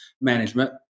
management